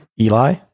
Eli